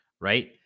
right